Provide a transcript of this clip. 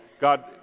God